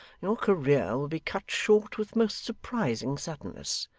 your career will be cut short with most surprising suddenness.